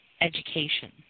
education